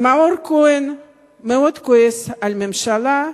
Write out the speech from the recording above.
ומאור כהן מאוד כועס על הממשלה,